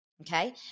Okay